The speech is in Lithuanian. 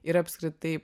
ir apskritai